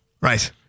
Right